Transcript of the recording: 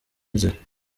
inzira